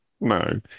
No